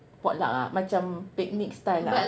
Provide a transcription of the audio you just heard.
potluck ah macam picnic style ah